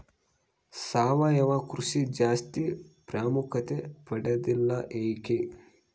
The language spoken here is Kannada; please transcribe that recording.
ಸಾವಯವ ಕೃಷಿ ಜಾಸ್ತಿ ಪ್ರಾಮುಖ್ಯತೆ ಪಡೆದಿಲ್ಲ ಯಾಕೆ?